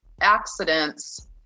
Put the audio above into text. accidents